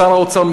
שר האוצר,